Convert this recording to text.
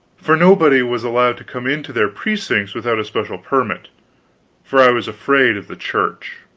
for nobody was allowed to come into their precincts without a special permit for i was afraid of the church.